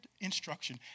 instruction